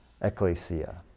ecclesia